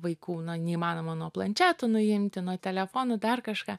vaikų na neįmanoma nuo plančetų nuimti nuo telefonų dar kažką